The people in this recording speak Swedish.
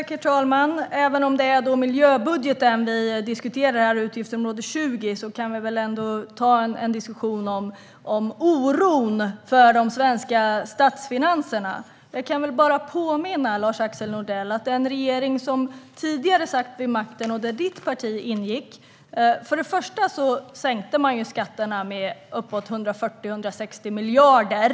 Herr talman! Det är miljöbudgeten och utgiftsområde 20 som vi diskuterar, men vi kan ta en diskussion om oron för de svenska statsfinanserna också. Jag kan påminna dig, Lars-Axel Nordell, om att den regering som tidigare satt vid makten och där ditt parti ingick för det första sänkte skatterna med uppåt 140-160 miljarder.